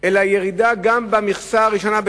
יש ירידה גם במכסה הראשונה,